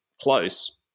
close